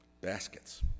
baskets